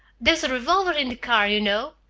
there's a revolver in the car, you know!